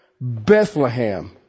Bethlehem